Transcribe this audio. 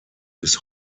bis